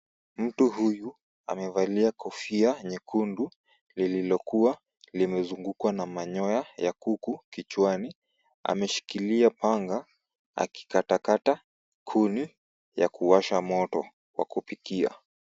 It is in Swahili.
Mtu huyu amevalia kofia nyekundu lililokuwa limezungukwa na manyoya ya kuku kichwani. Ameshikilia panga akikatakata kuni ya kuwasha moto wa kupikia.